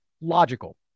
logical